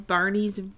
Barney's